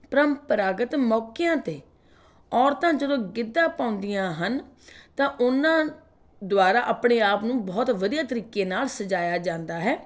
ਪਰੰਪਰਾਗਤ ਮੌਕਿਆਂ 'ਤੇ ਔਰਤਾਂ ਜਦੋਂ ਗਿੱਧਾ ਪਾਉਂਦੀਆਂ ਹਨ ਤਾਂ ਉਨ੍ਹਾਂ ਦੁਆਰਾ ਆਪਣੇ ਆਪ ਨੂੰ ਬਹੁਤ ਵਧੀਆ ਤਰੀਕੇ ਨਾਲ ਸਜਾਇਆ ਜਾਂਦਾ ਹੈ